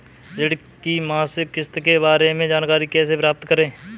ऋण की मासिक किस्त के बारे में जानकारी कैसे प्राप्त करें?